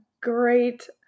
great –